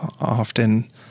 often